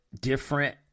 different